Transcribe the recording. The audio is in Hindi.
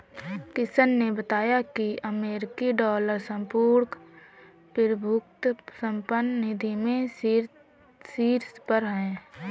किशन ने बताया की अमेरिकी डॉलर संपूर्ण प्रभुत्व संपन्न निधि में शीर्ष पर है